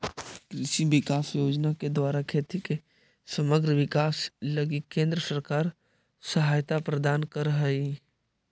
कृषि विकास योजना के द्वारा खेती के समग्र विकास लगी केंद्र सरकार सहायता प्रदान करऽ हई